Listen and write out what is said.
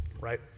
right